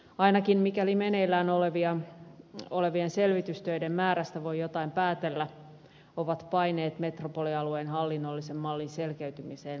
ainakin mikäli meneillään olevien selvitystöiden määrästä voi jotain päätellä ovat paineet metropolialueen hallinnollisen mallin selkeytymiseen melkoisen kovat